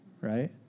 right